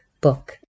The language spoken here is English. book